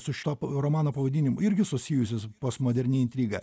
su šituo romano pavadinimu irgi susijusios postmoderni intriga